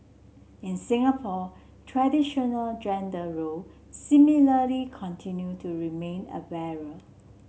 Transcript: in Singapore traditional gender role similarly continue to remain a barrier